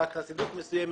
רק חסידות מסוימת,